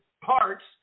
parts